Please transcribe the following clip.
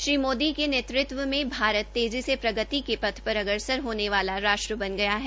श्री मोदी के नेतत्व में भारत तेजी से प्रगति के पथ पर अग्रसर होने वाला राष्ट बन गया है